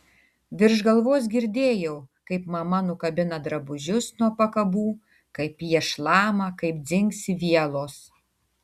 virš galvos girdėjau kaip mama nukabina drabužius nuo pakabų kaip jie šlama kaip dzingsi vielos